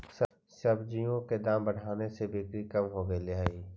सब्जियों के दाम बढ़ने से बिक्री कम हो गईले हई